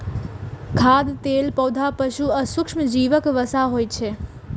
खाद्य तेल पौधा, पशु आ सूक्ष्मजीवक वसा होइ छै